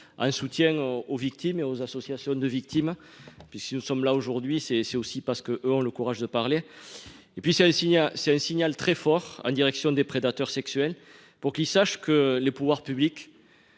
un soutien aux victimes et aux associations de victimes puisque nous sommes là aujourd'hui, c'est, c'est aussi parce que eux ont le courage de parler. Et puis c'est aussi, il y a c'est un signal très fort en direction des prédateurs sexuels pour qu'ils sachent que les pouvoirs publics.